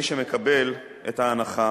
מי שמקבלים את ההנחה